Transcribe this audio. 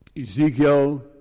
Ezekiel